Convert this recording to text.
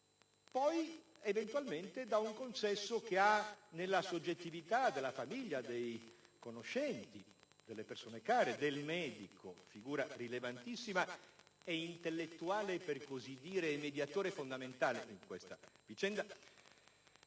poi eventualmente da un consesso che ha, nella soggettività della famiglia, dei conoscenti, delle persone care, del medico, figura rilevantissima ed intellettuale, per così dire mediatore fondamentale in questa vicenda,